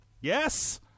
yes